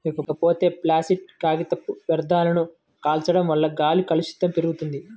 ఇకపోతే ప్లాసిట్ కాగితపు వ్యర్థాలను కాల్చడం వల్ల గాలి కాలుష్యం పెరుగుద్ది